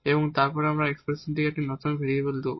এবং আমরা এই এক্সপ্রেসনকে একটি নতুন ভেরিয়েবল দেব